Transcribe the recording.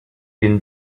been